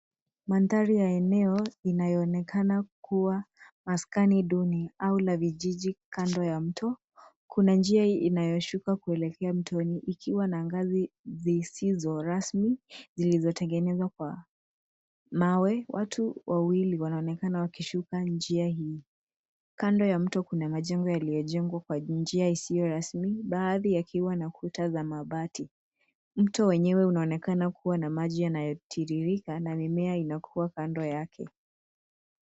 Mandhari ya eneo inayoonekana kuwa maskani duni au la vijiji kando ya mto kuna njia hii inayoshuka kuelekea mtoni ikiwa na ngazi zisizo rasmi zilizotengenezwa kwa mawe. Watu wawili wanaonekana wakishuka njia hii. Kando ya mto kuna majengo yaliyojengwa kwa njia isiyo rasmi baadhi yakiwa na kuta za mabati. Mto wenyewe unaonekana kuwa na maji yanayotiririka na mimea inakua kando yake.